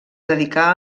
dedicà